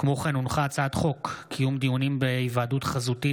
הצעת חוק קיום דיונים בהיוועדות חזותית